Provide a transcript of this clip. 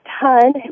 ton